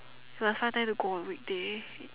so must find time to go on weekday